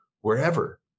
wherever